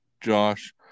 josh